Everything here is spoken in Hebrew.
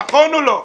נכון או לא?